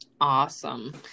Awesome